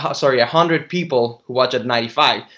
um sorry a hundred people who watch at ninety five.